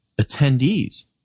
attendees